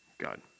God